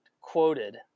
quoted